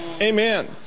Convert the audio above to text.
Amen